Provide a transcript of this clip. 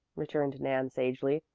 returned nan sagely,